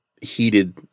heated